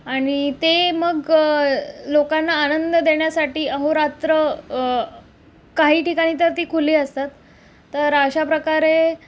आणि ते मग लोकांना आनंद देण्यासाठी अहोरात्र काही ठिकाणी तर ती खुली असतात तर अशाप्रकारे